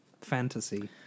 Fantasy